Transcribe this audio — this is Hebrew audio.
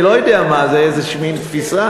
אני לא יודע מה זה, איזושהי תפיסה.